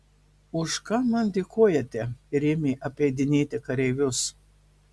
už ką man dėkojate ir ėmė apeidinėti kareivius